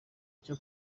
cyo